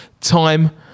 time